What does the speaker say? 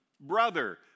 Brother